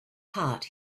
heart